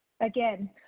again